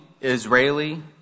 Israeli